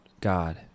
God